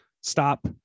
stop